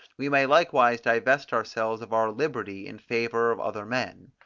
we may likewise divest ourselves of our liberty in favour of other men.